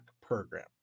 program